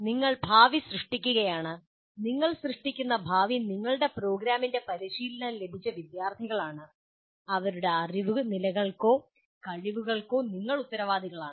നിങ്ങൾ ഭാവി സൃഷ്ടിക്കുകയാണ് നിങ്ങൾ സൃഷ്ടിക്കുന്ന ഭാവി നിങ്ങളുടെ പ്രോഗ്രാമിൽ പരിശീലനം ലഭിച്ച വിദ്യാർത്ഥികളാണ് അവരുടെ അറിവ് നിലകൾക്കോ കഴിവുകൾക്കോ നിങ്ങൾ ഉത്തരവാദികളാണ്